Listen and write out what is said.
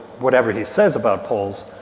whatever he says about polls,